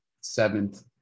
Seventh